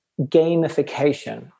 gamification